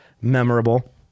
memorable